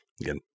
again